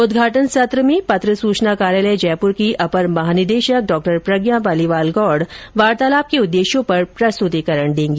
उद्घाटन सत्र में पत्र सूचना कार्यालय जयपुर की अपर महानिदेशक डॉ प्रज्ञा पालीवाल गौड वार्तालाप के उद्देश्यों पर प्रस्तुतीकरण देंगी